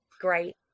Great